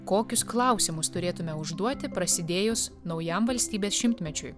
kokius klausimus turėtume užduoti prasidėjus naujam valstybės šimtmečiui